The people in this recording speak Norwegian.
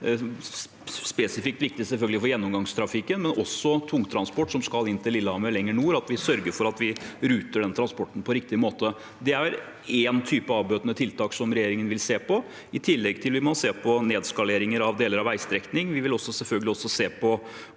spesifikt viktig for gjennomgangstrafikken, men også for tungtransport som skal inn til Lillehammer lenger nord, at vi sørger for at vi ruter den transporten på riktig måte. Det er én type avbøtende tiltak som regjeringen vil se på. I tillegg må vi se på nedskaleringer av deler av veistrekningen, og vi vil selvfølgelig også se på